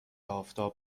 آفتاب